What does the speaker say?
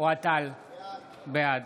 בעד